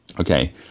Okay